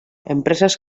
empreses